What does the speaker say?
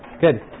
Good